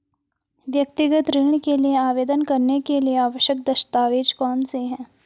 व्यक्तिगत ऋण के लिए आवेदन करने के लिए आवश्यक दस्तावेज़ कौनसे हैं?